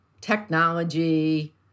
technology